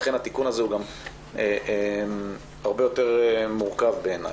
לכן התיקון הזה הוא גם הרבה יותר מורכב בעיני.